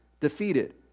defeated